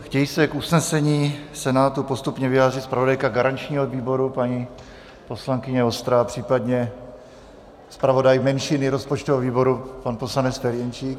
Chtějí se k usnesení Senátu postupně vyjádřit zpravodajka garančního výboru paní poslankyně Vostrá, případně zpravodaj menšiny rozpočtového výboru pan poslanec Ferjenčík?